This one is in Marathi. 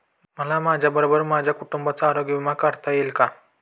मला माझ्याबरोबर माझ्या कुटुंबाचा आरोग्य विमा काढता येईल का?